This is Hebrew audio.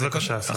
בבקשה, השר.